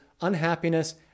unhappiness